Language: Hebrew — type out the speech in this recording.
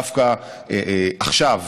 דווקא עכשיו,